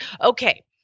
Okay